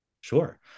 Sure